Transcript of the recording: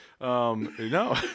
No